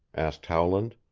asked howland.